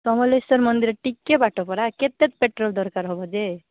ସମଲେଶ୍ଵର ମନ୍ଦିର ଟିକେ ବାଟ ପରା କେତେ ପେଟ୍ରୋଲ୍ ଦରକାର ହେବ ଯେ